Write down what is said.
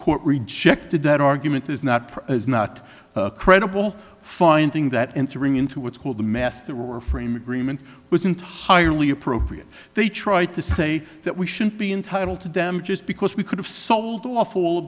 court rejected that argument is not is not credible finding that entering into what's called the method or frame agreement was in high really appropriate they tried to say that we should be entitled to them just because we could have sold off all